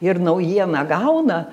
ir naujieną gauna